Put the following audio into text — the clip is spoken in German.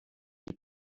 die